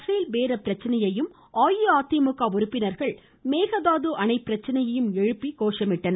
பேல் பேர பிரச்சினையையும் அஇஅதிமுக உறுப்பினர்கள் மேகதாது அணை பிரச்சினையையும் எழுப்பி கோஷமிட்டனர்